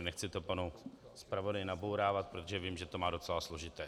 Nechci to panu zpravodaji nabourávat, protože vím, že to má docela složité.